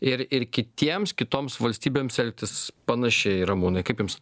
ir ir kitiems kitoms valstybėms elgtis panašiai ramūnai kaip jums